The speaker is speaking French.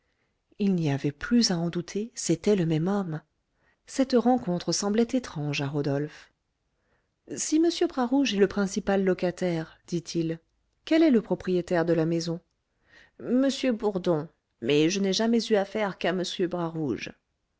il n'y avait plus à en douter c'était le même homme cette rencontre semblait étrange à rodolphe si m bras rouge est le principal locataire dit-il quel est le propriétaire de la maison m bourdon mais je n'ai jamais eu affaire qu'à